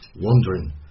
wondering